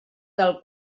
del